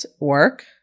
work